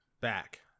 back